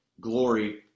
glory